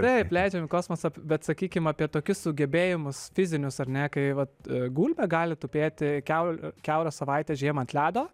taip leidžiam į kosmosą bet sakykim apie tokius sugebėjimus fizinius ar ne kai vat gulbė gali tupėti kiaurą kiaurą savaitę žiemą ant ledo